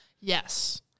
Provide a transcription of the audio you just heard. Yes